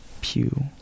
Pew